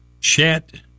chat